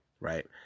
right